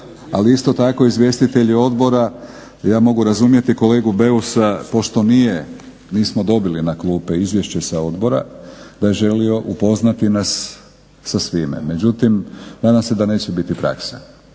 Ali isto tako izvjestitelji odbora ja mogu razumjeti kolegu Beusa pošto nije nismo dobili na klupe izvješće odbora da je želio upoznati nas sa svime, međutim nadam se da neće biti praksa.